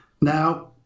Now